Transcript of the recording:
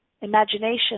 imagination